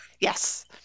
Yes